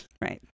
Right